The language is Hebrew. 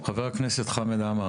חבר הכנסת חמד עמאר,